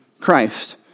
Christ